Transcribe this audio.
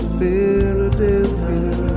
Philadelphia